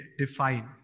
define